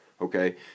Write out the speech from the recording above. okay